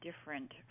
different